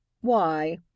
Why